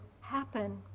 happen